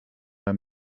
bij